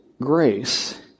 grace